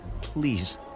Please